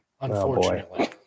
unfortunately